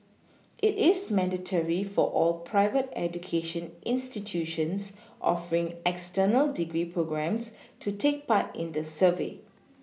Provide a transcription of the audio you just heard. it is mandatory for all private education institutions offering external degree programmes to take part in the survey